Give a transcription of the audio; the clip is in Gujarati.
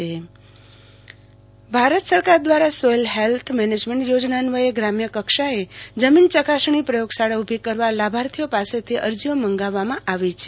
આરતી ભદ્દ જમીન ચકાસણી ભારત સરકાર દ્વારા સોઇલ હેલ્થ મેનેજમેનન્ટ યોજના અન્વયે ગ્રામ્ય કક્ષાએ જમીન ચકાસણી પ્રયોગશાળા ઉભી કરવા લાભાર્થીઓ પાસેથી અરજીઓ મંગાવવામાં આવી છે